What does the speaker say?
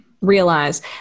realize